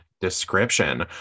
description